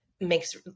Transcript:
makes